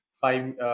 five